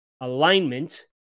alignment